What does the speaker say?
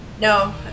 No